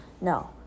No